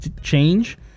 change